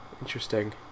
Interesting